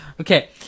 Okay